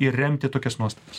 ir remti tokias nuostatas